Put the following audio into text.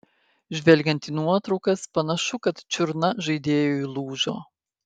žvelgiant į nuotraukas panašu kad čiurna žaidėjui lūžo